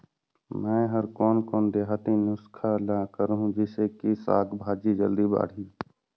मै हर कोन कोन देहाती नुस्खा ल करहूं? जिसे कि साक भाजी जल्दी बाड़ही?